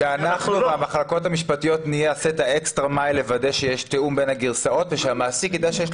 שאנחנו והמחלקות המשפטיות נלך את האקסטרה מייל לוודא שיש תיאום